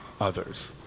others